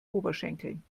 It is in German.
oberschenkeln